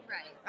Right